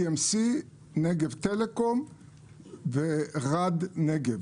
EMC, נגב טלקום ורד נגב.